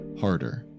harder